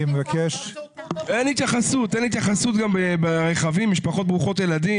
אין התייחסות גם ברכבים למשפחות ברוכות ילדים,